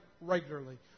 regularly